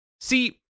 See